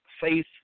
faith